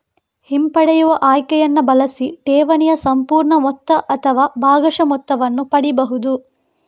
ಹಿಂಪಡೆಯುವ ಆಯ್ಕೆಯನ್ನ ಬಳಸಿ ಠೇವಣಿಯ ಸಂಪೂರ್ಣ ಮೊತ್ತ ಅಥವಾ ಭಾಗಶಃ ಮೊತ್ತವನ್ನ ಪಡೀಬಹುದು